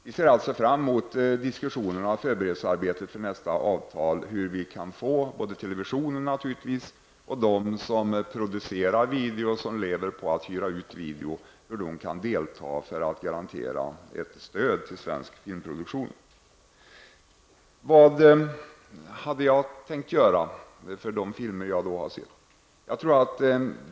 Vi ser fram emot diskussionerna och förberedelsearbetet inför nästa avtal, då vi skall diskutera hur televisionen, videoproducenter och videouthyrare kan bidra för att garantera ett stöd till svensk filmproduktion. Bengt Göransson undrade vad jag ville göra för filmproduktionen.